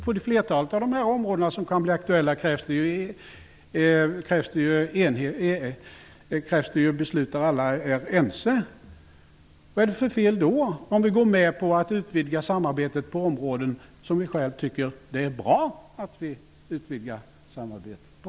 På flertalet av de områden som kan bli aktuella krävs det ju enhälliga beslut. Vad är det då för fel på att gå med på att utvidga samarbetet på de områden som vi själva tycker är bra att utvidga det på?